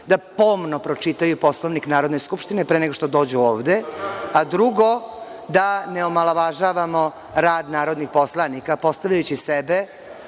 da pomno pročitaju Poslovnik Narodne skupštine pre nego što dođu ovde, a drugo da ne omalovažavamo rad narodnih poslanika postavljajući sebe,